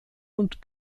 und